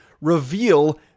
reveal